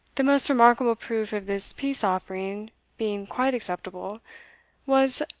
the most remarkable proof of this peace-offering being quite acceptable was,